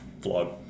Vlog